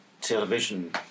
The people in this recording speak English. television